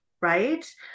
right